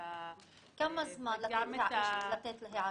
כמה זמן יש לתת להערות?